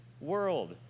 world